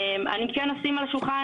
אני כן אשים על השולחן,